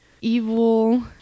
evil